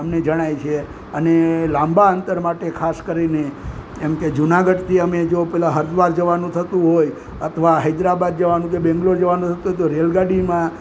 અમને જણાય છે અને લાંબા અંતર માટે ખાસ કરીને એમકે જૂનાગઢથી અમે હરદ્વાર જવાનું થતું હોય અથવા હૈદરાબાદ કે બેંગલોર જવાનું થતું હોય તો રેલગાડીમાં